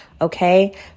Okay